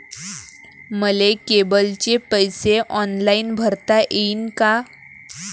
मले केबलचे पैसे ऑनलाईन भरता येईन का?